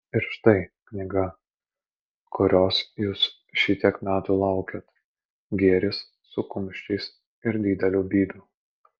ir štai knyga kurios jūs šitiek metų laukėt gėris su kumščiais ir dideliu bybiu